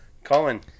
Colin